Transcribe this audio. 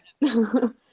No